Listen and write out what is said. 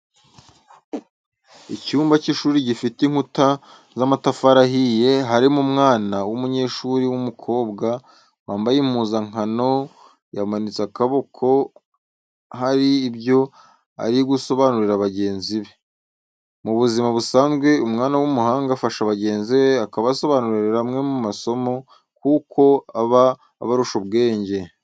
Icyumba cy'ishuri gifite inkuta z'amatafari ahiye, harimo umwana w'umunyeshuri w'umukobwa, wambaye impuzankano, yamanitse akaboko hari ibyo ari gusobanurira bagenzi be. Mu buzima busanzwe umwana w'umuhanga afasha bagenzi be, akabasobanurira amwe mu masomo kuko aba abarusha ubwenge.